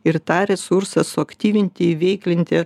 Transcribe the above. ir tą resursą suaktyvinti įveiklinti